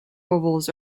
ovals